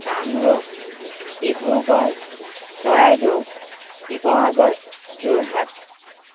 Kamrup Dibrugarh Charaideo Sivasagar Jorhat